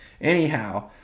Anyhow